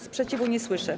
Sprzeciwu nie słyszę.